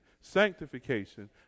sanctification